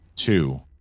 Two